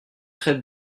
très